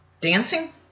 dancing